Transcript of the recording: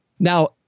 Now